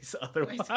otherwise